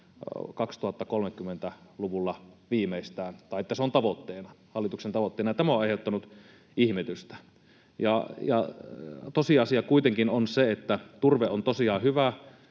2030-luvulla tai että se on hallituksen tavoitteena. Tämä on aiheuttanut ihmetystä. Tosiasia kuitenkin on se, että turve on tosiaan hyvä